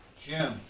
Jim